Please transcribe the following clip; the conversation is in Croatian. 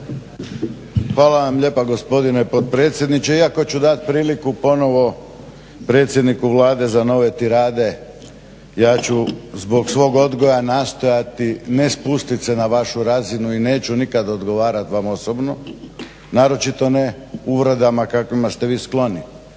Hvala vam lijepa gospodine potpredsjedniče. Iako ću dat priliku ponovo predsjedniku Vlade za nove tirade ja ću zbog svog odgoja nastojati ne spustit se na vašu razinu i neću nikad odgovarat vam osobno, naročito ne uvredama kakvima ste vi skloni.